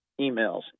emails